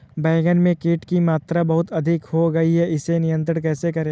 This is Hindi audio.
बैगन में कीट की मात्रा बहुत अधिक हो गई है इसे नियंत्रण कैसे करें?